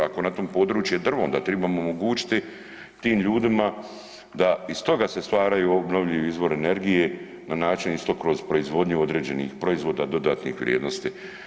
Ako je na tom području drvo, onda tribamo omogućiti tim ljudima da iz toga se stvaraju obnovljivi izvori energije na način isto kroz proizvodnju određenih proizvoda dodanih vrijednosti.